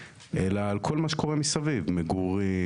אלא על כל מה שקורה מסביב: מגורים,